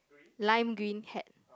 lime green hat